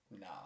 no